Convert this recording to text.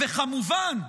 כמובן,